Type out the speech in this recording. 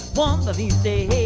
so um of these days